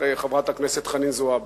חברת הכנסת חנין זועבי.